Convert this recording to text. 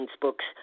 books